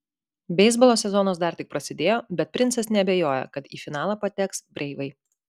beisbolo sezonas dar tik prasidėjo bet princas neabejoja kad į finalą pateks breivai